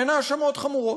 הן האשמות חמורות.